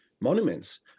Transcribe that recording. monuments